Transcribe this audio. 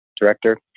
director